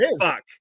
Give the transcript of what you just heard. fuck